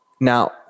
now